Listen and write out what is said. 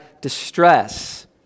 distress